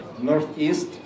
northeast